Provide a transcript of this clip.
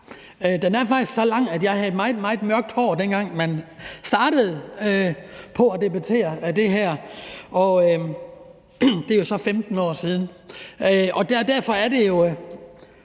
Den er faktisk så lang, at jeg havde meget, meget mørkt hår, dengang man startede på at debattere det her, og det er jo så 15 år siden. Derfor er det